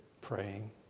praying